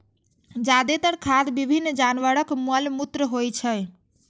जादेतर खाद विभिन्न जानवरक मल मूत्र होइ छै